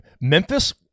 memphis